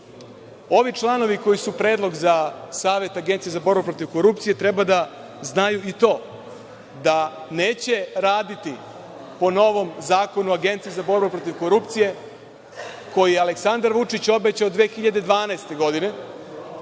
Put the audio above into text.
članovi koji su predlog za Savet Agencije za borbu protiv korupcije treba da znaju i to da neće raditi po novom zakonu o borbi protiv korupcije koji je Aleksandar Vučić obećao 2012. godine,